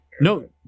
No